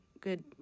good